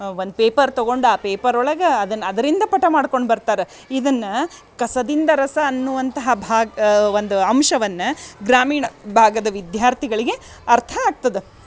ಒಂದು ಪೇಪರ್ ತಗೊಂಡು ಆ ಪೇಪರೊಳಗೆ ಅದನ್ನು ಅದರಿಂದ ಪಟ ಮಾಡ್ಕೊಂಡು ಬರ್ತಾರ ಇದನ್ನು ಕಸದಿಂದ ರಸ ಅನ್ನುವಂತಹ ಭಾಗ ಒಂದು ಅಂಶವನ್ನು ಗ್ರಾಮೀಣ ಭಾಗದ ವಿದ್ಯಾರ್ಥಿಗಳಿಗೆ ಅರ್ಥ ಆಗ್ತದೆ